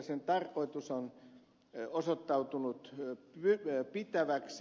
sen tarkoitus on osoittautunut pitäväksi